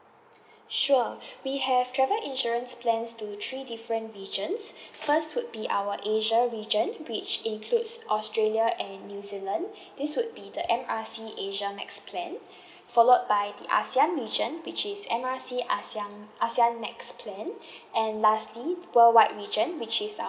sure we have travel insurance plans to three different regions first would be our asia region which includes australia and new zealand this would be the M R C asia max plan followed by the ASEAN region which is M R C ASEAN ASEAN max plan and lastly worldwide region which is our